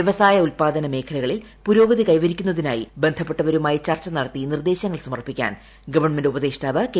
വ്യവസായ ഉത്പാദന മേഖലകളിൽ പുരോഗതി കൈവരിക്കുന്നതിനായി ബന്ധപ്പെട്ടവരുമായി ചർച്ച നടത്തി നിർദ്ദേശങ്ങൾ സമർപ്പിക്കാൻ ഗവൺമെന്റ് ഉപദേഷ്ടാവ് കെ